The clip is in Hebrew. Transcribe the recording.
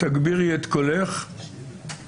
בקיאות כזאת